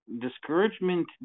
discouragement